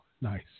Nice